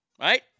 right